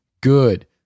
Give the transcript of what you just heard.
good